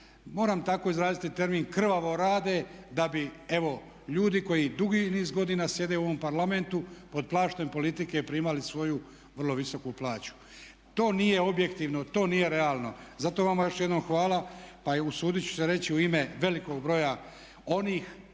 moram tako izraziti termin krvavo rade da bi evo ljudi koji dugi niz godina sjede u ovom Parlamentu pod plaštem politike primali svoju vrlo visoku plaću. To nije objektivno, to nije realno. Zato vama još jednom hvala pa usudit ću se reći u ime velikog broja onih